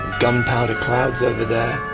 gunpowder clouds over there.